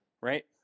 Right